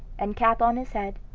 and cap on his head,